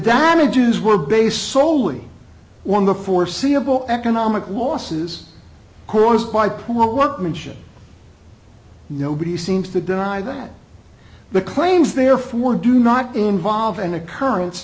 damages were based soley on the forseeable economic losses caused by poor workmanship nobody seems to deny that the claims therefore do not involve an occurrence